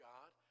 God